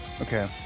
Okay